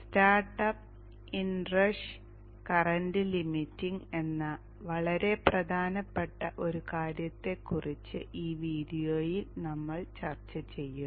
startup inrush current limiting എന്ന വളരെ പ്രധാനപ്പെട്ട ഒരു കാര്യത്തെക്കുറിച്ച് ഈ വീഡിയോയിൽ നമ്മൾ ചർച്ച ചെയ്യും